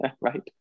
Right